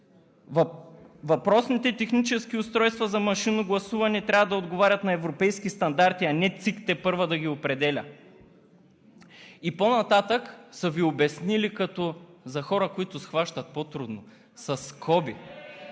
Въпросните технически устройства за машинно гласуване трябва да отговарят на европейски стандарти, а не ЦИК тепърва да ги определя. И по-нататък са Ви обяснили като за хора, които схващат по-трудно – със скоби,